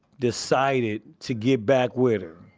decided to get back with her.